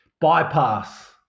bypass